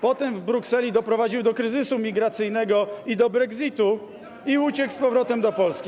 Potem w Brukseli doprowadził do kryzysu migracyjnego i do brexitu i uciekł z powrotem do Polski.